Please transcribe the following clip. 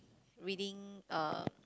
reading uh